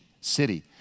city